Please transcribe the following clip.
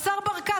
השר ברקת,